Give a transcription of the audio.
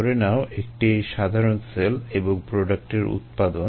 ধরে নাও একটি সাধারণ সেল এবং প্রোডাক্টের উৎপাদন